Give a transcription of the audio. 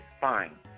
fine